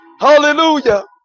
hallelujah